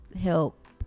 help